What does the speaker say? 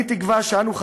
אני תקווה שאנו,